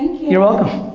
you're welcome.